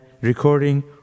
recording